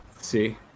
See